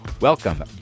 Welcome